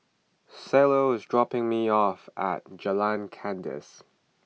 Cielo is dropping me off at Jalan Kandis